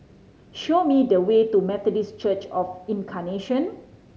show me the way to Methodist Church Of Incarnation